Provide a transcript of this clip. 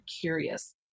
curious